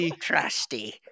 trusty